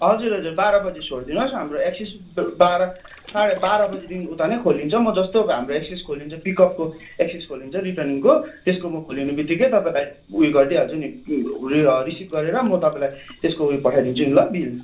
हजुर हजुर बाह्र बजे छोड्दिनुहोस् हाम्रो एक्सेस बा बाह्र साढे बाह्र बजेदेखिन् उता नै खोलिन्छ म जस्तो अब हाम्रो एक्सेस खोलिन्छ पिकअपको एक्सेस खोलिन्छ रिटर्निङको त्यसको मो खेलिनेबित्तिकै तपाईँलाई ऊ यो गरिदिइहाल्चु नि रिसिभ गरेर म तपाईँलाई त्यसको ऊ यो पठाइदिन्छु नि ल बिल